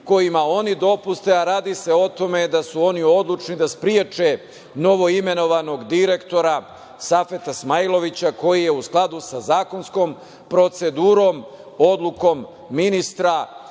kojima oni dopuste, a radi se o tome da su oni odlučni da spreče novoimenovanog direktora Safeta Smajlovića koji je u skladu sa zakonskom procedurom, odlukom ministra